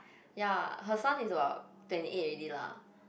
ya her son is about twenty eight already lah